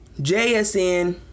JSN